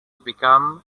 became